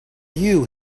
you